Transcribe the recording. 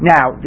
Now